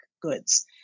goods